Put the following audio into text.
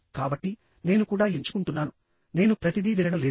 కాబట్టి నేను కూడా ఎంచుకుంటున్నాను నేను ప్రతిదీ వినడం లేదు